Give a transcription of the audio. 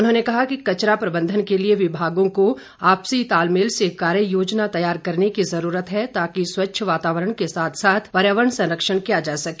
उन्होंने कहा कि कचरा प्रबंधन के लिए विभागों को आपसी तालमेल से कार्य योजना तैयार करने की जरूरत है ताकि स्वच्छ वातावरण के साथ साथ पर्यावरण संरक्षण किया जा सके